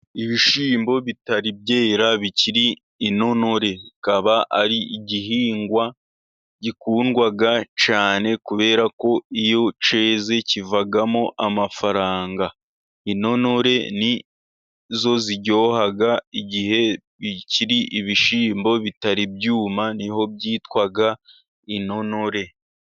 Ibishyimbo bitari byera bikiri intonore. Bikaba ari igihingwa gikundwa cyane, kubera ko iyo cyeze kivamo amafaranga. Intonore ni zo ziryoha igihe bikiri ibishyimbo bitari byuma, niho byitwa intono.